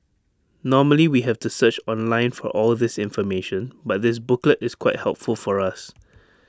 normally we have to search online for all this information but this booklet is quite helpful for us